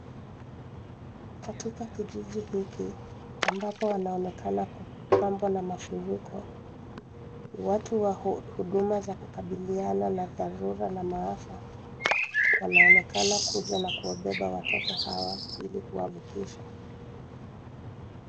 Katika kijiji hiki, ambapo wanaonekana kupambwa na marufiko, watu wa huduma za kukabiliana na dharura la maafa, wanaonekana kuja na kuwabeba watoto hawa, ili kuwavukisha.